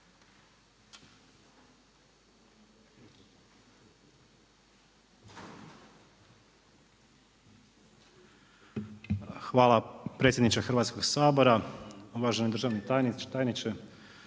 Hvala predsjedniče Hrvatskog sabora, uvaženi državni tajniče